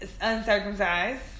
uncircumcised